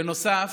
בנוסף,